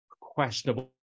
questionable